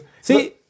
See